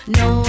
no